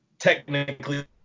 technically